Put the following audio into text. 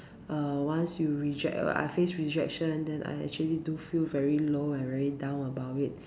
err once you reject uh I face rejection then I actually do feel very low and very down about it